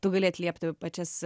tu gali atliepti pačias